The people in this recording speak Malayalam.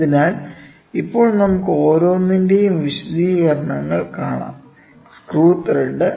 അതിനാൽ ഇപ്പോൾ നമുക്ക് ഓരോന്നിന്റെയും വിശദീകരണങ്ങൾ കാണാം സ്ക്രൂ ത്രെഡ്